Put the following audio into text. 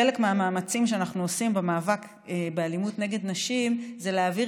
חלק מהמאמצים שאנחנו עושים במאבק באלימות נגד נשים זה להעביר